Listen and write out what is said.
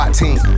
team